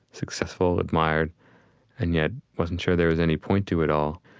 successful, admired and yet wasn't sure there was any point to it all.